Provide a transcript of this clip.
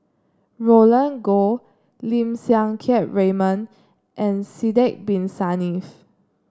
Roland Goh Lim Siang Keat Raymond and Sidek Bin Saniff